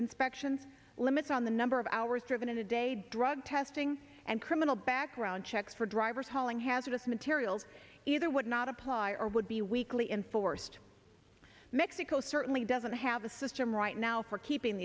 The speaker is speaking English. inspection limits on the number of hours driven in a day drug testing and criminal background checks for drivers hauling hazardous materials either would not apply or would be weakly enforced mexico certainly doesn't have a system right now for keeping